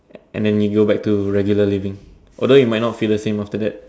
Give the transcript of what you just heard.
and then you go back to regular living although you might not feel the same after that